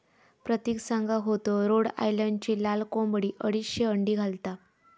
प्रतिक सांगा होतो रोड आयलंडची लाल कोंबडी अडीचशे अंडी घालता